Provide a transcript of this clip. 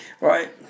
right